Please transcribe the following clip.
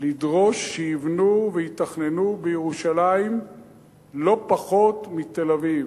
לדרוש שיבנו ויתכננו בירושלים לא פחות מבתל-אביב,